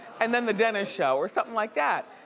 and then the dennis show, or something like that.